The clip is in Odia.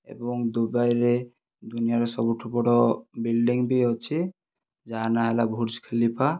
ଏବଂ ଦୁବାଇରେ ଦୁନିଆଁର ସବୁଠାରୁ ବଡ଼ ବିଲ୍ଡିଂ ବି ଅଛି ଯାହା ନାଁ ହେଲା ବୁର୍ଜ ଖଲିଫା